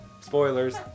spoilers